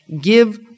Give